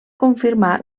confirmar